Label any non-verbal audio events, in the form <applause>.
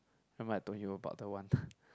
remember I told you about the one <breath>